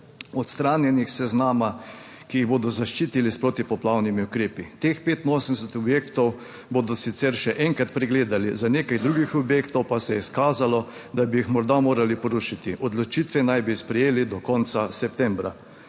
odstranjenih s seznama, ki jih bodo zaščitili s protipoplavnimi ukrepi. Teh 85 objektov bodo sicer še enkrat pregledali, za nekaj drugih objektov pa se je izkazalo, da bi jih morda morali porušiti. Odločitve naj bi sprejeli do konca septembra.